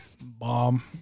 Bomb